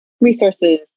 resources